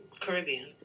Caribbean